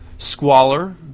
Squalor